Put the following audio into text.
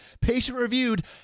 patient-reviewed